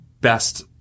best